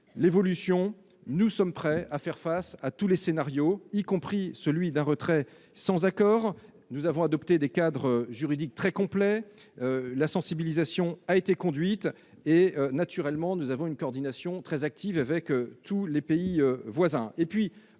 l'évolution, nous sommes prêts à faire face à tous les scénarios, y compris à celui d'un retrait sans accord. Nous avons adopté des cadres juridiques très complets, la sensibilisation a été conduite, et nous avons organisé une coordination très active avec tous les pays voisins.